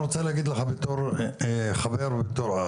אני רוצה להגיד לך בתור חבר ואח,